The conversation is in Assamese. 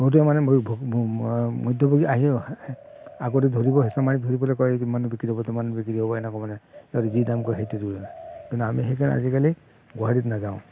বহুতো মানে মধ্যভোগী আহেও আগতে ধৰিব হেঁচা মাৰি ধৰি পেলাই কয় ইমান বিক্ৰী যাব তিমান বিক্ৰী যাব এনেকুৱা মানে সিহঁতে যি দাম কয় সেইটোৱে দিব লাগিব কিন্তু আমি সেইকাৰণে আজিকালি গুৱাহাটীত নাযাওঁ